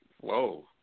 whoa